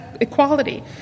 equality